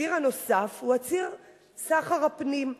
ציר נוסף הוא ציר סחר הפנים,